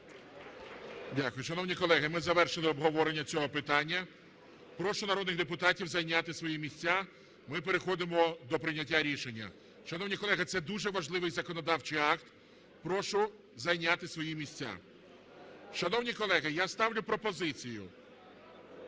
Дякую. Шановні колеги, ми завершили обговорення цього питання. Прошу народних депутатів зайняти свої місця, ми переходимо до прийняття рішення. Шановні колеги, це дуже важливий законодавчий акт, прошу зайняти свої місця. Шановні колеги, я ставлю пропозицію